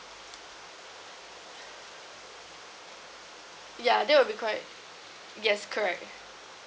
ya that will be quite yes correct